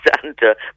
Santa